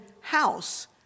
house